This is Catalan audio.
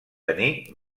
tenir